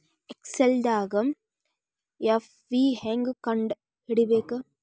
ಎಕ್ಸೆಲ್ದಾಗ್ ಎಫ್.ವಿ ಹೆಂಗ್ ಕಂಡ ಹಿಡಿಬೇಕ್